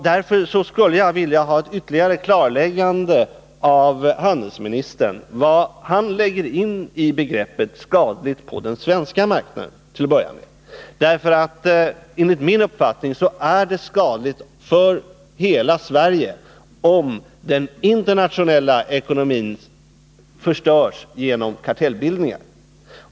Därför vore det bra om handelsministern till att börja med ytterligare kunde klarlägga vad han lägger in i begreppet ”skadligt på den svenska marknaden”. Enligt min uppfattning är det nämligen skadligt för hela Sverige om den internationella ekonomin förstörs genom kartellbildningar.